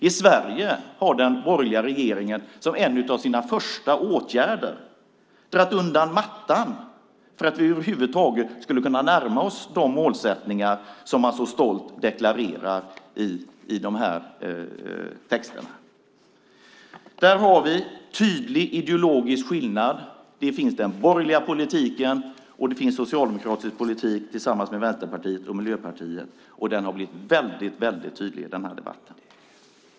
I Sverige har den borgerliga regeringen som en av sina första åtgärder dragit undan mattan för att vi över huvud taget skulle kunna närma oss de målsättningar som man så stolt deklarerar i dessa texter. Där har vi en tydlig ideologisk skillnad. Det finns den borgerliga politiken, och det finns en socialdemokratisk politik, tillsammans med Vänsterpartiet och Miljöpartiet. Denna skillnad har blivit väldigt tydlig i denna debatt.